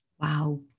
Wow